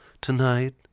tonight